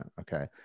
Okay